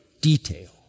detail